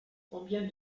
combien